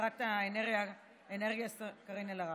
שרת האנרגיה קארין אלהרר.